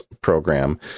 program